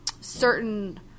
certain